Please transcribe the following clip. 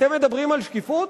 אתם מדברים על שקיפות?